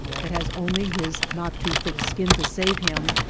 that has only his not too thick skin to save him,